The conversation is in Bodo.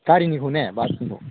गारिनिखौ ने बासनिखौ